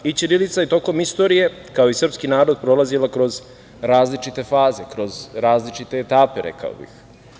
I ćirilica je tokom istorije, kao i srpski narod, prolazila kroz različite faze, kroz različite etape, rekao bih.